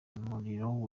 umurimo